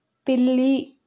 పిల్లి